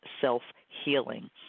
self-healing